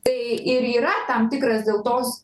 tai ir yra tam tikras dėl tos